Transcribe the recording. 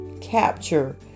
capture